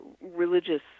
religious